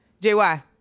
JY